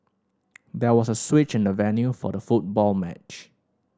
there was a switch in the venue for the football match